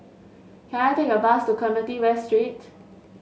can I take a bus to Clementi West Street